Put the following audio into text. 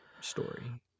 story